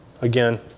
Again